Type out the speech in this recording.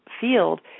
field